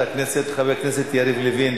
את ניקיון הכפיים הזה ואת